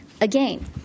Again